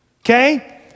Okay